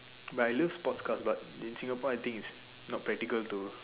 but I love sports car but in Singapore I think it's not practical to